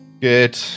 Good